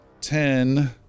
Ten